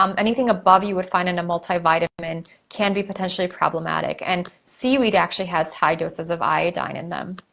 um anything above you would find in a multivitamin can be potentially problematic. and seaweed actually has high doses of iodine in them.